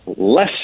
less